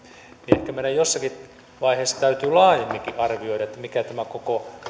ehkä meidän jossakin vaiheessa täytyy laajemminkin arvioida mikä tämä koko